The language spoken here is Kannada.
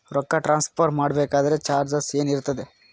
ರೊಕ್ಕ ಟ್ರಾನ್ಸ್ಫರ್ ಮಾಡಬೇಕೆಂದರೆ ಚಾರ್ಜಸ್ ಏನೇನಿರುತ್ತದೆ?